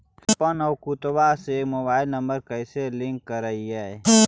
हमपन अकौउतवा से मोबाईल नंबर कैसे लिंक करैइय?